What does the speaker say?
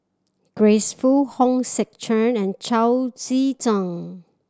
Grace Fu Hong Sek Chern and Chao Tzee Cheng